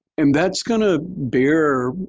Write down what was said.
and that's going to bear,